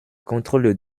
contrôle